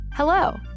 Hello